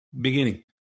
beginning